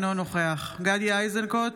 אינו נוכח גדי איזנקוט,